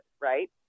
right